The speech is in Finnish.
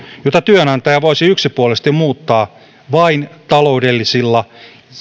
jota työnantaja voisi yksipuolisesti muuttaa vain taloudellisella